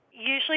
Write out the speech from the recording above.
Usually